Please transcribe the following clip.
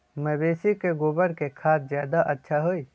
मवेसी के गोबर के खाद ज्यादा अच्छा होई?